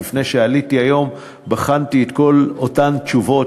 לפני שעליתי היום בחנתי את כל אותן תשובות